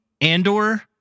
Andor